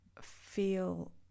feel